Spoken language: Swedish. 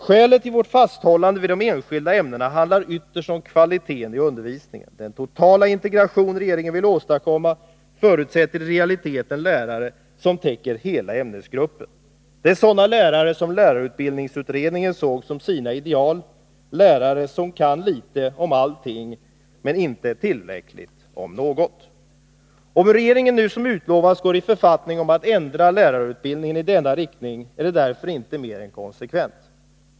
Skälet till vårt fasthållande vid de enskilda ämnena är ytterst att vi vill behålla kvaliteten i undervisningen. Den totala integration regeringen vill åstadkomma förutsätter i realiteten lärare som täcker hela ämnesgruppen. Det är sådana lärare som lärarutbildningsutredningen såg som sina ideal — lärare som kan litet om allting men inte tillräckligt om något. Om regeringen nu, som utlovats, går i författning om att ändra lärarutbildningen i denna riktning är det därför inte mer än konsekvent.